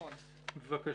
בבקשה.